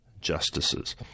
justices